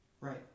Right